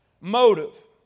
Motive